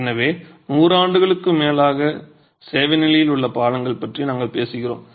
எனவே 100 ஆண்டுகளுக்கும் மேலாக சேவை நிலையில் உள்ள பாலங்கள் பற்றி நாங்கள் பேசுகிறோம்